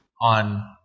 on